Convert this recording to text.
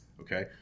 Okay